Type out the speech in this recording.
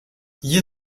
ihr